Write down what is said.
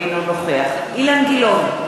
אינו נוכח אילן גילאון,